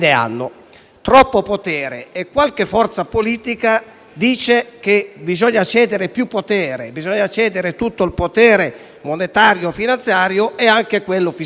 Troppo potere: eppure, qualche forza politica dice che bisogna cederne di più, che bisogna cedere tutto il potere monetario, finanziario e anche fiscale.